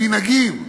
מנהגים,